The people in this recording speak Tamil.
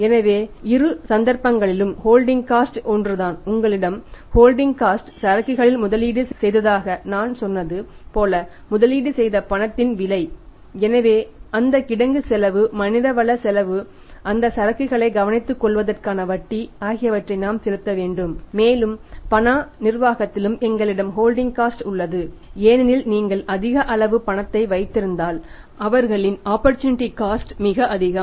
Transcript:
எனவே இரு சந்தர்ப்பங்களிலும் ஹோல்டிங் காஸ்ட் மிக அதிகம்